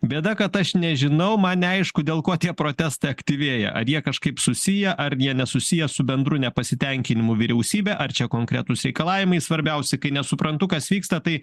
bėda kad aš nežinau man neaišku dėl ko tie protestai aktyvėja ar jie kažkaip susiję ar jie nesusiję su bendru nepasitenkinimu vyriausybe ar čia konkretūs reikalavimai svarbiausi kai nesuprantu kas vyksta tai